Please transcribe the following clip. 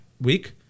week